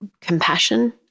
compassion